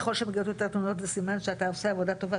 ככל שמגיעות יותר תלונות זה סימן שאתה עושה עבודה טובה,